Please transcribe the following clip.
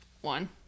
one